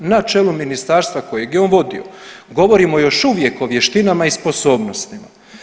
Na čelu ministarstva kojeg je on vodio govorimo još uvijek o vještinama i sposobnostima.